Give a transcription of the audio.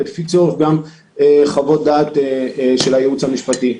ולפי צורך גם חוות דעת של הייעוץ המשפטי.